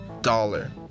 dollar